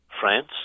France